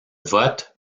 vote